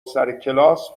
سرکلاس